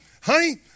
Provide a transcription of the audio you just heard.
honey